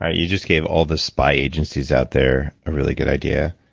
ah you just gave all the spy agencies out there a really good idea,